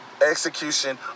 Execution